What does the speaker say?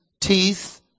teeth